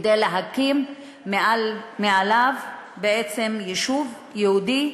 כדי להקים מעליו יישוב יהודי,